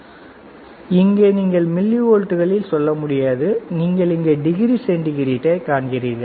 எனவே இங்கே நீங்கள் மில்லிவோல்ட்களில் சொல்ல முடியாது நீங்கள் இங்கே டிகிரி சென்டிகிரேட்டைக் காண்கிறீர்கள்